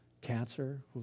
cancer